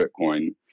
Bitcoin